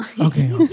Okay